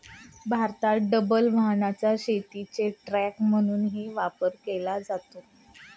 भारतात डबल वाहनाचा शेतीचे ट्रक म्हणूनही वापर केला जातो